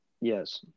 Yes